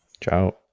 Ciao